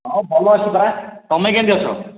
ହଁ ଭଲ ଅଛି ପରା ତୁମେ କେମତି ଅଛ